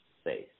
space